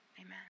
Amen